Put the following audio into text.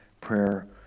prayer